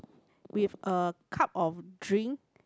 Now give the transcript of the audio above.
with a cup of drink